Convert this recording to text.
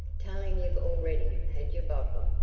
tell him you've already had your bottle,